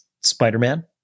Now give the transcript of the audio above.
Spider-Man